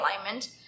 alignment